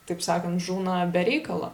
taip sakant žūna be reikalo